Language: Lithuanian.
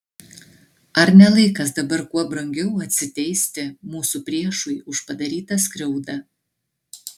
ar ne laikas dabar kuo brangiau atsiteisti mūsų priešui už padarytą skriaudą